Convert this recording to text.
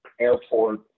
airport